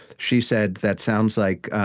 she said, that sounds like